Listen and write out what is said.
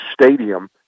stadium